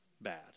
bad